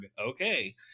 Okay